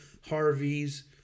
Harveys